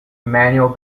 manuel